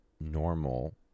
normal